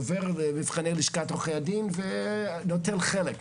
עובר מבחני לשכת עורכי הדין ונוטל חלק.